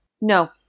No